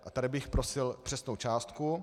A tady bych prosil přesnou částku.